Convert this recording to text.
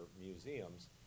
museums